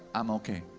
i'm okay.